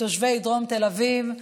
תושבי דרום תל אביב,